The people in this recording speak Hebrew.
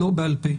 לא בעל פה.